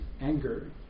anger